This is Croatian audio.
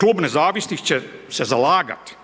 Klub Nezavisnih će se zalagat